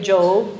Job